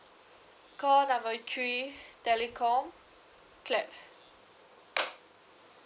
call number three telecom clap